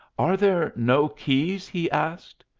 are there no keys? he asked.